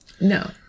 No